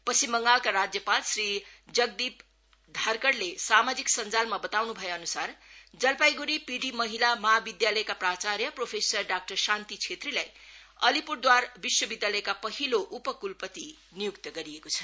पश्चिम बंगालका राज्यपाल श्री जगदीप धनखारले सामाजिक सन्जालमा बताउनु भएअनुसार जलपाईगुढी पि डी महिला महाविद्यालयका प्राचार्य प्रोफेसर डाक्टर शान्ति छेत्रीलाई अलिपुरद्वार विश्वविद्यालयको पहिलो उप कुलपति नियुक्त गरिएको छ